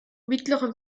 mittleren